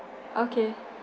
okay